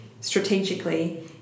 strategically